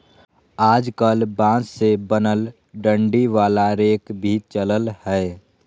आजकल बांस से बनल डंडी वाला रेक भी चलल हय